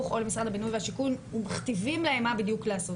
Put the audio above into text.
או למשרד הבינוי והשיכון ומכתיבים להם מה בדיוק לעשות.